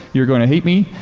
you're going to hate me.